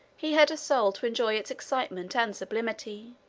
he had a soul to enjoy its excitement and sublimity.